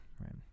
right